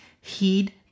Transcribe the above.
Heed